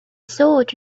sword